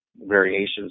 variations